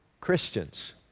Christians